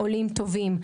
עולים טובים.